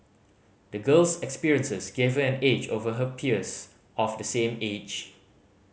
the girl's experiences gave her an edge over her peers of the same age